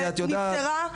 את יודעת,